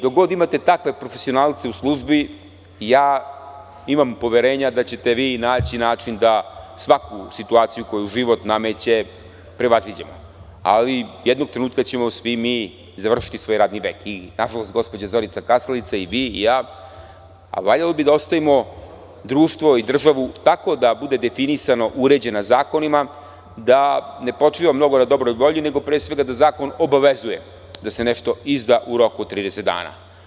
Dok god imate takve profesionalce u službi, imam poverenja da ćete vi naći način da svaku situaciju koju život nameće prevaziđemo, ali jednog trenutka ćemo svi mi završiti svoj radni vek i nažalost gospođa Zorica Kasalica i vi i ja, a valjalo bi da ostavimo društvo i državu tako da bude definisano uređena zakonima, da ne počiva mnogo na dobroj volji, nego da pre svega zakon obavezuje da se nešto izda u roku od 30 dana.